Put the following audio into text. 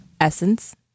Essence